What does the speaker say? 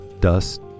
dust